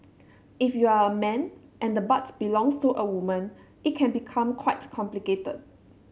if you're a man and the butt belongs to a woman it can become quite complicated